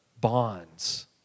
bonds